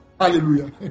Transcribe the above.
Hallelujah